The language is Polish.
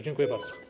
Dziękuję bardzo.